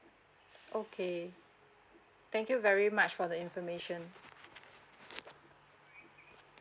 okay thank you very much for the information